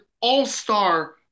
all-star